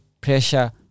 Pressure